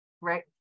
right